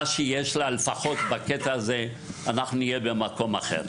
מה שיש לה, לפחות אנחנו נהיה במקום אחר.